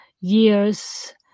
years